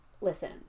listen